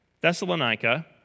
Thessalonica